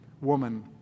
woman